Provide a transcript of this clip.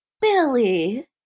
Billy